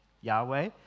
Yahweh